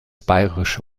bayerische